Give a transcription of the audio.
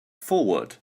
forward